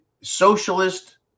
socialist